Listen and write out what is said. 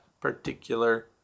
particular